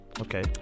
Okay